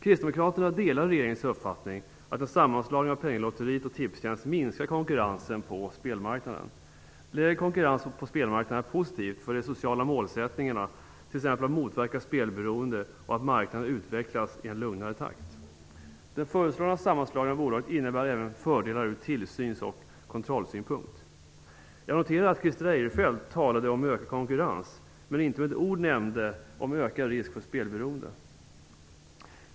Kristdemokraterna delar regeringens uppfattning att en sammanslagning av Penninglotteriet och Tipstjänst minskar konkurrensen på spelmarknaden. Lägre konkurrens på spelmarknaden är positivt för de sociala målsättningarna, t.ex. att motverka spelberoende och att marknaden utvecklas i en lugnare takt. Den föreslagna sammanslagningen av bolagen innebär även fördelar ur tillsyns och kontrollsynpunkt. Jag noterade att Christer Eirefelt talade om ökad konkurrens men inte med ett ord nämnde ökad risk för spelberoende.